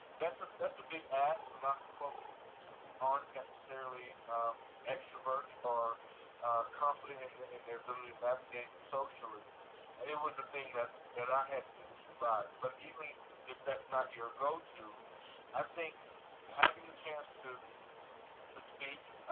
that's ah that's a big ask for lots of folks who who aren't necessarily extroverts or confident in in their ability to and navigate socially it was the thing that that i had to do to survive. but even if that's not your go-to, i think having the chance to to speak.